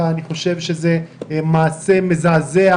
אני חושב שזה מעשה מזעזע,